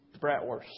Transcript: bratwurst